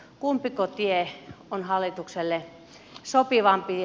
kumpiko tie on hallitukselle sopivampi